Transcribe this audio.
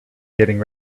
getting